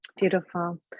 beautiful